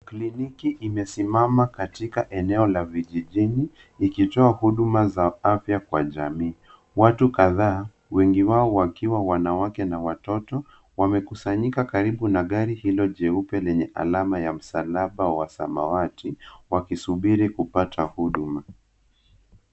Kliniki imesimama katika eneo la vijijini ikitoa huduma za afya kwa jamii. Watu kadhaa wengi wao wakiwa wanawake na watoto wamekusanyika karibu na gari hilo jeupe lenye alama ya msalaba wa samawati wakisubiri kupata huduma.